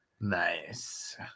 Nice